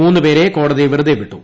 മൂന്ന് പേരെ കോടതി വെറുതെ വിട്ടു